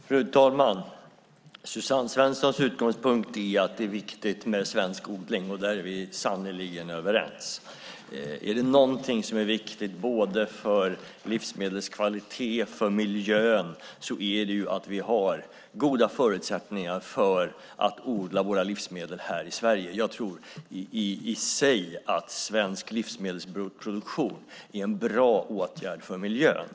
Fru talman! Suzanne Svenssons utgångspunkt är att det är viktigt med svensk odling. Där är vi sannerligen överens. Är det någonting som är viktigt både för livsmedelskvaliteten och för miljön är det att vi har goda förutsättningar att odla våra livsmedel här i Sverige. Jag tror att svensk livsmedelsproduktion i sig är en bra åtgärd för miljön.